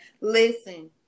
Listen